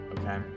okay